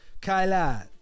Kyla